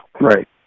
Right